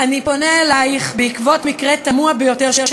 "אני פונה אלייך בעקבות מקרה תמוה ביותר של